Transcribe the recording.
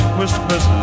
whispers